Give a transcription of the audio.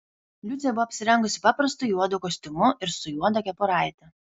liucė buvo apsirengusi paprastu juodu kostiumu ir su juoda kepuraite